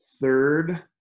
third